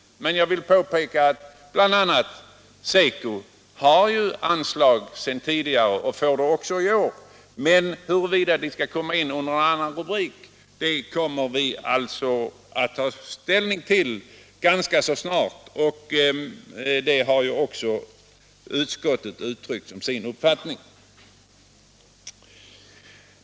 Det bör påpekas att bl.a. SECO har fått anslag tidigare och får det också i år. Om det anslaget skall komma in under en annan rubrik är något som vi bör få kunna ta ställning till ganska snart. Detta har även utskottet uttryckt som sin uppfattning.